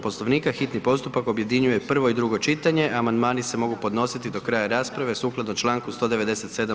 Poslovnika hitni postupak objedinjuje prvo i drugo čitanje, a amandmani se mogu podnositi do kraja rasprave sukladno članku 197.